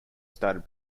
started